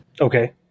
okay